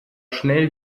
schnell